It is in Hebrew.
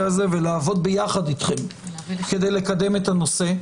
הזה ולעבוד יחד איתכם כדי לקדם את הנושא.